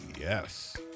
Yes